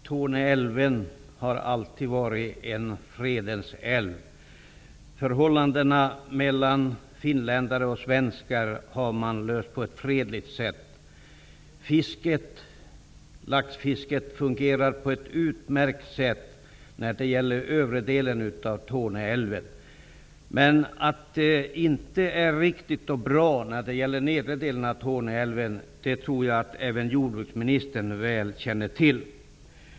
Herr talman! Torne älv har alltid varit en fredens älv. Förhållandena mellan finländare och svenskar har man ordnat på ett fredligt sätt. Laxfisket fungerar på ett utmärkt sätt när det gäller övre delen av Torne älv. Men att det inte är riktigt och bra när det gäller nedre delen av Torne älv tror jag att även jordbruksministern väl känner till.